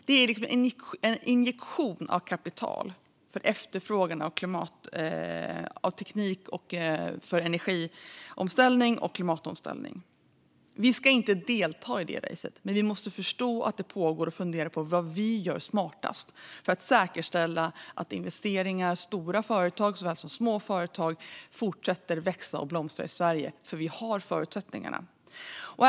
Det är som en injektion av kapital för efterfrågan av teknik för energi och klimatomställning. Vi ska inte delta i det racet, men vi måste förstå att det pågår och fundera på vad vi gör smartast för att säkerställa investeringar så att stora såväl som små företag fortsätter att växa och blomstra i Sverige - för vi har förutsättningarna.